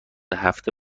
هفته